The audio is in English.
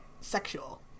sexual